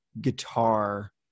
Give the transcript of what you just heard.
guitar